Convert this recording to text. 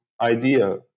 idea